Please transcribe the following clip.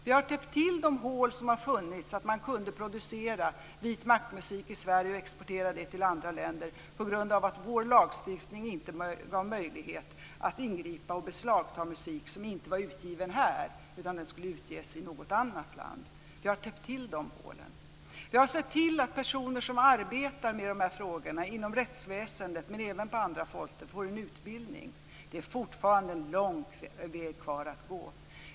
Vi har täppt till de hål som har funnits och som har gjort att man har kunnat producera vitmaktmusik i Sverige och exportera den till andra länder på grund av att vår lagstiftning inte gav möjlighet att ingripa och beslagta musik som inte var utgiven här utan skulle utges i något annat land. Vi har täppt till de hålen. Vi har sett till att personer som arbetar med dessa frågor inom rättsväsendet, men även på andra fronter, får en utbildning. Det är fortfarande lång väg kvar att gå.